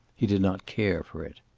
he did not care for it.